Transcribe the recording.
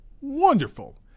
wonderful